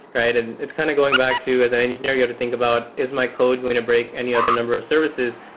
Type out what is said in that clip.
right? and it's kind of going back to, as an engineer, you have to think about is my code going to break any other number of services?